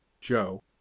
joe